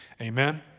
Amen